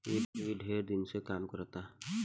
ई ढेर दिन से काम करता